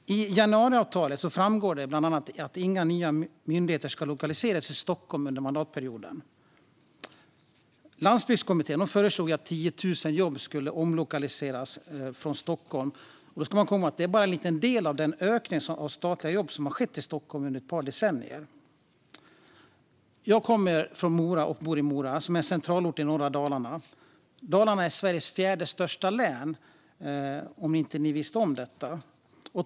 I januariavtalet framgår bland annat att inga nya myndigheter ska lokaliseras i Stockholm under mandatperioden. Landsbygdskommittén föreslog att 10 000 jobb skulle omlokaliseras från Stockholm. Då ska man komma ihåg att det bara är en liten del av den ökning av statliga jobb som har skett i Stockholm under ett par decennier. Jag kommer från Mora och bor i Mora, som är en centralort i norra Dalarna. Dalarna är Sveriges fjärde största län, om ni inte visste det.